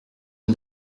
une